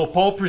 Paul